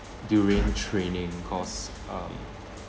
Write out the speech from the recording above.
during training cause um